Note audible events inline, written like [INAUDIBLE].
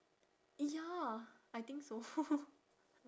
ya I think so [LAUGHS]